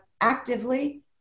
actively